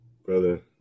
Brother